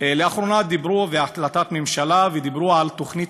לאחרונה דיברו בהחלטת ממשלה על תוכנית